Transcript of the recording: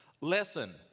Listen